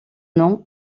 nom